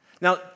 Now